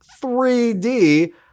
3D